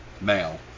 male